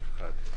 אחד.